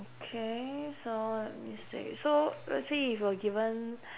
okay so let me see so let's say if you're given